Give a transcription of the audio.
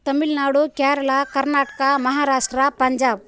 Tamil Nadu Kerala Karnataka Maharashtra Punjab